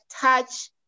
touch